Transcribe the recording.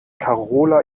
karola